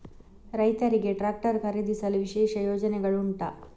ರೈತರಿಗೆ ಟ್ರಾಕ್ಟರ್ ಖರೀದಿಸಲು ವಿಶೇಷ ಯೋಜನೆಗಳು ಉಂಟಾ?